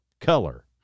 color